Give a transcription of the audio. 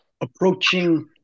Approaching